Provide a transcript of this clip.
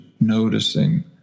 noticing